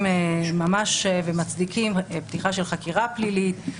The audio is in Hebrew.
ממש ומצדיקים פתיחה של חקירה פלילית,